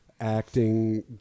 acting